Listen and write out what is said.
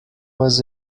was